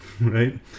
right